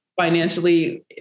financially